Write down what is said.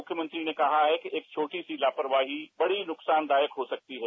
मुख्यमंत्री ने कहा है कि एक छोटी सी लापरवाही बड़ी नुकसान दायक हो सकती है